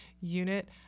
unit